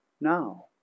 now